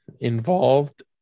involved